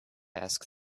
asked